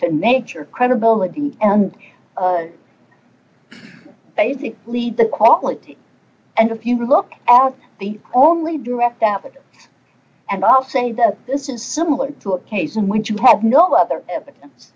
the nature credibility and basic lead the quality and if you look at the only direct opposite and i'll say that this is similar to a case in which you have no other evidence